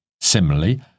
Similarly